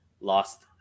lost